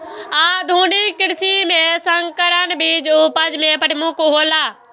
आधुनिक कृषि में संकर बीज उपज में प्रमुख हौला